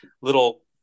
little